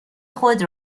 خود